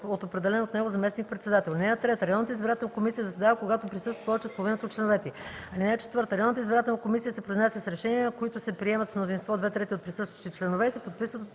от определен от него заместник-председател. (3) Районната избирателна комисия заседава, когато присъстват повече от половината от членовете й. (4) Районната избирателна комисия се произнася с решения, които се приемат с мнозинство две трети от присъстващите членове и се подписват от